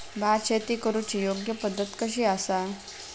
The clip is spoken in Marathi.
भात शेती करुची योग्य पद्धत कशी आसा?